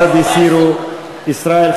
שיווק תיירות בישראל,